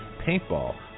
paintball